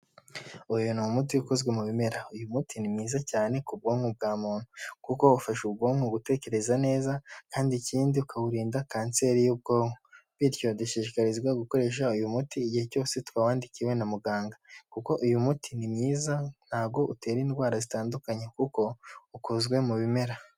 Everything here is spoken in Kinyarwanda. Uyu ni umuti ukozwe mu bimera, uyu muti ni mwiza cyane ku bwonko bwa muntu kuko ufasha ubwonko gutekereza neza, kandi ikindi ukaburinda kanseri y'ubwonko, bityo dushishikarizwa gukoresha uyu muti igihe cyose twawandikiwe na muganga, kuko uyu muti ni mwiza ntabwo utera indwara zitandukanye kuko ukozwe mu bimera.